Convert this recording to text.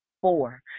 Four